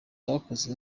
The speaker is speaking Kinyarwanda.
bakoze